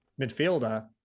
midfielder